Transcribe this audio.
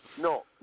No